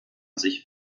sich